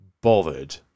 bothered